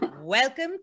Welcome